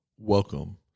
Welcome